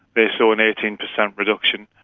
they saw an eighteen percent reduction.